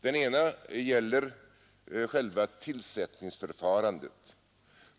Den ena gäller själva tillsättningsförfarandet.